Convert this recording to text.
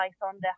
Python